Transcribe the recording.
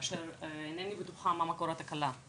כאשר אינני בטוחה מה מקור התקלה,